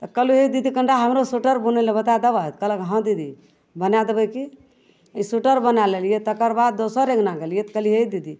तऽ कहलहुँ हे दीदी कनिके हमरो सोइटर बुनै ले बतै देबै तऽ कहलक हँ दीदी बनै देबै कि ई सोइटर बनै लेलिए तकर बाद दोसर अङ्गना गेलिए तऽ कहलिए हे दीदी